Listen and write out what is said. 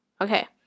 Okay